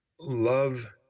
Love